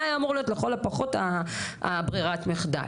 זה היה אמור להיות לכל הפחות ברירת המחדל.